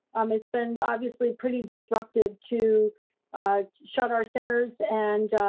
um it's been, obviously, pretty disruptive, to shut our centers, and,